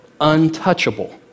untouchable